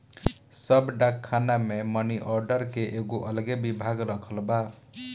सब डाक खाना मे मनी आर्डर के एगो अलगे विभाग रखल बा